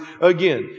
again